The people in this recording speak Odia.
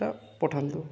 ଟା ପଠାନ୍ତୁ